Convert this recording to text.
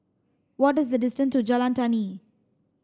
what is the distance to Jalan Tani